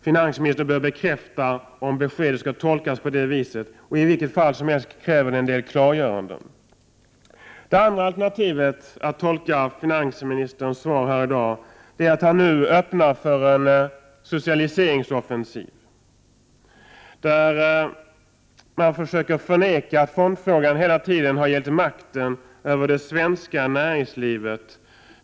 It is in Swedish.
Finansministern bör bekräfta om beskedet skall tolkas så. I vilket fall som helst kräver beskedet en del klargöranden. Det andra alternativet för att tolka finansministerns svar i dag är att han nu öppnar för en socialiseringsoffensiv, där man försöker förneka att fondfrågan hela tiden har gällt makten över det svenska näringslivet.